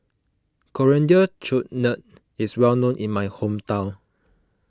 Coriander Chutney is well known in my hometown